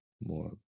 more